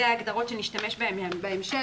אלה ההגדרות שנשתמש בהן בהמשך.